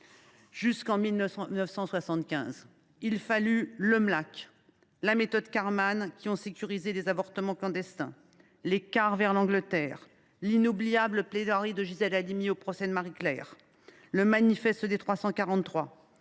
la contraception (Mlac) et la méthode Karman, qui ont sécurisé les avortements clandestins, les cars vers l’Angleterre, l’inoubliable plaidoirie de Gisèle Halimi au procès de Marie Claire, le manifeste des 343